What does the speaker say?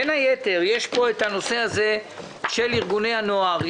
בין היתר יש פה את נושא ארגוני הנוער,